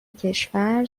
کشور